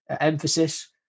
emphasis